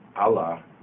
Allah